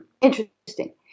interesting